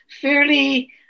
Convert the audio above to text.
fairly